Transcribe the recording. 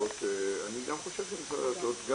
אני חושב שגם